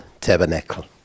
tabernacle